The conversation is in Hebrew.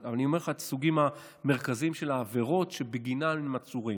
אבל אני אומר לך את הסוגים המרכזיים של העבירות שבגינן הם עצורים.